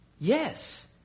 Yes